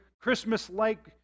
Christmas-like